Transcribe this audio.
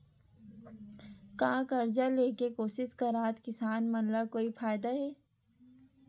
का कर्जा ले के कोशिश करात किसान मन ला कोई फायदा हे?